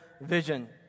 vision